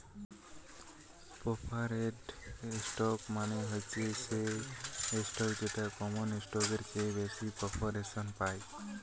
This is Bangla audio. প্রেফারেড স্টক মানে হচ্ছে সেই স্টক যেটা কমন স্টকের চেয়ে বেশি প্রেফারেন্স পায়